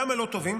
למה לא תובעים?